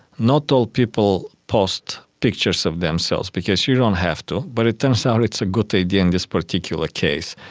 not all people post pictures of themselves because you don't have to, but it turns out it's a good idea in this particular case.